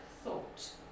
thought